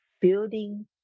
building